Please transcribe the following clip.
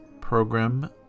program